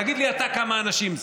תגיד לי אתה כמה אנשים זה,